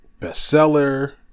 bestseller